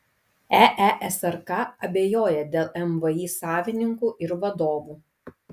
eesrk abejoja dėl mvį savininkų ir vadovų